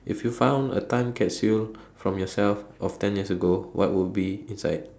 if you found a time capsule from yourself of ten years ago what would be inside